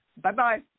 bye-bye